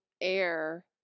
air